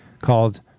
called